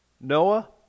Noah